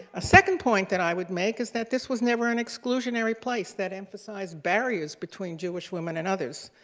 a second point that i would make is that this was never an exclusionary place that emphasized barriers between jewish women and others.